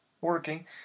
working